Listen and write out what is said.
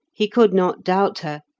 he could not doubt her,